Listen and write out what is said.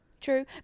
True